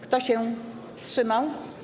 Kto się wstrzymał?